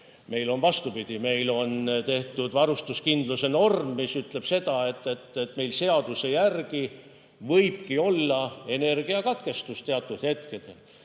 Meil on, vastupidi, kehtestatud varustuskindluse norm, mis ütleb seda, et meil seaduse järgi võibki olla energiakatkestus teatud hetkedel.